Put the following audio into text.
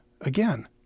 again